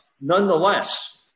nonetheless